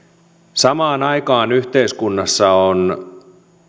samaan aikaan yhteiskunnassa on